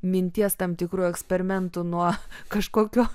minties tam tikrų eksperimentų nuo kažkokio